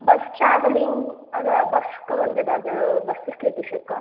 bus travelling அந்த பஸ்க்கு வந்து ஏதாவது பஸ் ஃபெசிலிட்டிஸ் இருக்கா